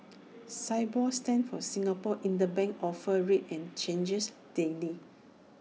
Sibor stands for Singapore interbank offer rate and changes daily